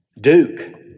Duke